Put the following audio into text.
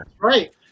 Right